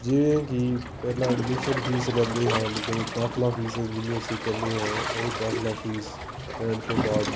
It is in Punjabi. ਜਿਵੇਂ ਕਿ ਪਹਿਲਾਂ ਐਡਮਿਸ਼ਨ ਫੀਸ ਲੈਂਦੇ ਹਨ ਜਦੋਂ ਦਾਖਲਾ ਫੀਸ ਜਿਹਨੂੰ ਅਸੀਂ ਕਹਿੰਦੇ ਹਾਂ ਉਹ ਦਾਖਲਾ ਫੀਸ ਲੈਣ ਤੋਂ ਬਾਅਦ